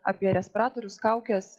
apie respiratorius kaukes